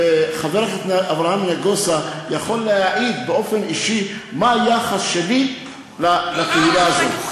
חבר הכנסת אברהם נגוסה יכול להעיד באופן אישי מה היחס שלי לקהילה הזאת.